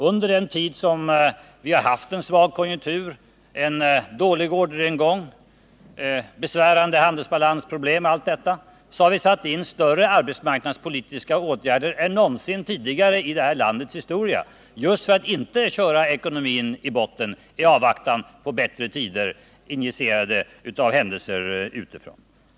Under den tid som vi har haft en svag konjunktur, en dålig orderingång och besvärande handelsbalansproblem har vi satt in större arbetsmarknadspolitiska åtgärder än man någonsin tidigare har gjort i vårt lands historia, just för att inte köra ekonomin i botten i avvaktan på bättre tider, initierade av händelser utifrån.